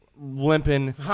limping